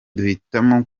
duhitamo